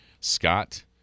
scott